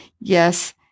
Yes